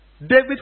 David